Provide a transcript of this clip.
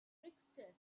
trickster